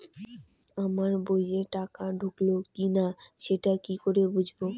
আমার বইয়ে টাকা ঢুকলো কি না সেটা কি করে বুঝবো?